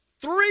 three